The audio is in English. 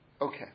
Okay